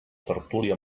tertúlia